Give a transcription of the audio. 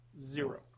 Zero